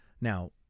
Now